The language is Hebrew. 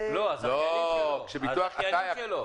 לא, הזכיינים שלו.